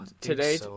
today